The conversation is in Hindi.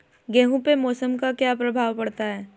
गेहूँ पे मौसम का क्या प्रभाव पड़ता है?